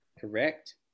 Correct